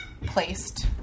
placed